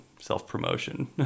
self-promotion